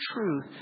truth